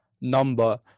number